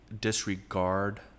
disregard